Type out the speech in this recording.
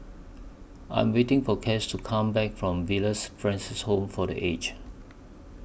I Am waiting For Cas to Come Back from Villa Francis Home For The Aged